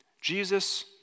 Jesus